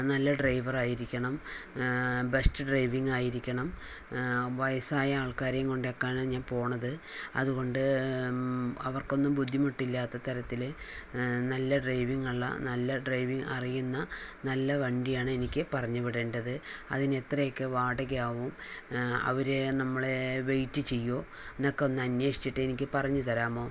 നല്ല ഡ്രൈവർ ആയിരിക്കണം best driving ആയിരിക്കണം വയസ്സായ ആൾക്കാരേയും കൊണ്ടൊക്കെയാണ് ഞാൻ പോണത് അതുകൊണ്ട് അവർക്കൊന്നും ബുദ്ധിമുട്ടില്ലാത്ത തരത്തില് നല്ല ഡ്രൈവിംഗ് ഉള്ള നല്ല ഡ്രൈവിംഗ് അറിയുന്ന നല്ല വണ്ടിയാണ് എനിക്ക് പറഞ്ഞു വിടേണ്ടത് അതിന് എത്രയൊക്കെ വാടകയാവും അവർ നമ്മളെ വെയിറ്റ് ചെയ്യുമോ എന്നൊക്കെ ഒന്ന് അന്വേഷിച്ചിട്ട് എനിക്ക് പറഞ്ഞു തരാമോ